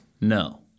No